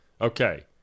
Okay